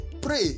pray